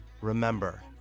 Remember